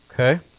Okay